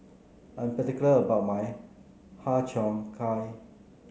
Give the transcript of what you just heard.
I'm particular about my Har Cheong Gai